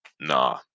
Nah